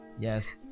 Yes